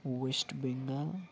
West Bengal